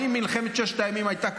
האם מלחמת ששת הימים הייתה קורית?